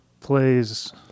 Plays